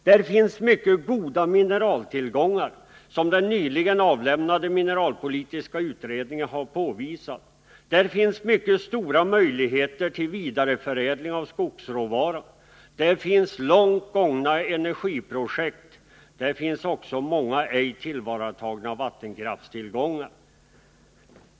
Där finns mycket goda mineraltillgångar, som den nyligen avlämnade mineralpolitiska utredningen har påvisat. Där finns mycket stora möjligheter till vidareförädling av skogsråvara. Där finns långt gångna energiprojekt liksom många ej tillvaratagna krafttillgångar.